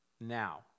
now